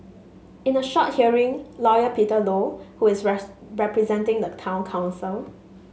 in a short hearing lawyer Peter Low who is representing the town council